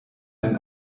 ein